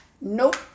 Nope